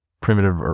primitive